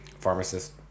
pharmacist